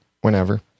whenever